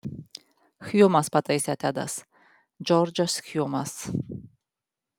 hjumas pataisė tedas džordžas hjumas